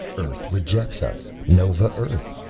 earth rejects us nova earth!